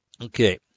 Okay